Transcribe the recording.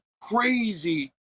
crazy